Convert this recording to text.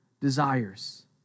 desires